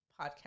podcast